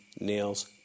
nails